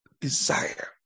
desire